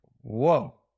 whoa